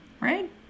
Right